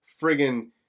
friggin